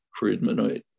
Friedmanite